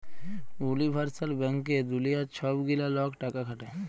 universal ব্যাংকে দুলিয়ার ছব গিলা লক টাকা খাটায়